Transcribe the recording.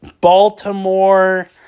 Baltimore